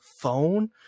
phone